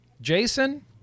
Jason